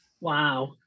wow